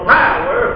power